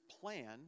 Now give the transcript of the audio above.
plan